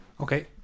Okay